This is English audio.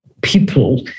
people